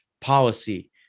policy